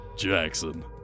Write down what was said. Jackson